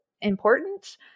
important